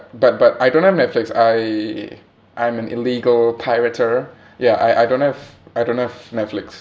but but I don't have netflix I I'm an illegal pirater ya I I don't have I don't have netflix